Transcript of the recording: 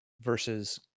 versus